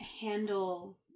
handle